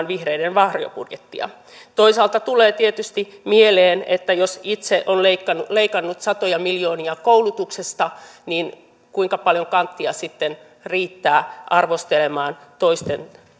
vihreiden varjobudjettia toisaalta tulee tietysti mieleen että jos itse on leikannut leikannut satoja miljoonia koulutuksesta niin kuinka paljon kanttia sitten riittää arvostelemaan toisten